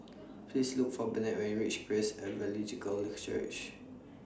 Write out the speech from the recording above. Please Look For Bennett when YOU REACH Praise Evangelical Church